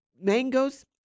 mangoes